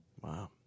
Wow